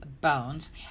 bones